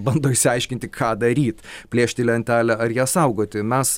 bando išsiaiškinti ką daryt plėšti lentelę ar ją saugoti mes